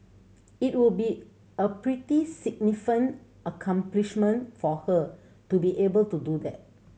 it would be a pretty significant accomplishment for her to be able to do that